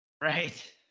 right